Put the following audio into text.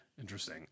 interesting